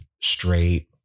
straight